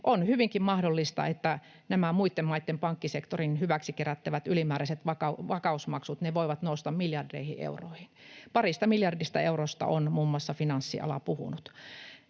on hyvinkin mahdollista, että nämä muitten maitten pankkisektorien hyväksi kerättävät ylimääräiset vakausmaksut voivat nousta miljardeihin euroihin. Parista miljardista eurosta on muun muassa finanssiala puhunut.